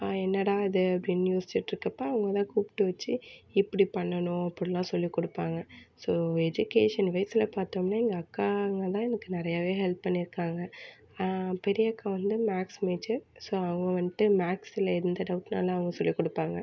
நான் என்னடா இது அப்படின்னு யோசிச்சிட்டிருக்கப்ப அவங்க தான் கூப்பிட்டு வச்சு இப்படி பண்ணணும் அப்படிலாம் சொல்லிக் கொடுப்பாங்க ஸோ எஜுக்கேஷன்வைஸில் பார்த்தோம்னா எங்கள் அக்காங்க தான் இதுக்கு நிறையாவே ஹெல்ப் பண்ணியிருக்காங்க பெரியக்கா வந்து மேக்ஸ் மேஜர் ஸோ அவங்க வந்துட்டு மேக்ஸில் எந்த டௌட்னாலும் அவங்க சொல்லிக் கொடுப்பாங்க